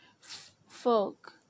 folk